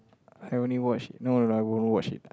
I only watch no lah I won't watch it ah